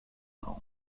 norm